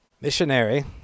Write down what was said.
Missionary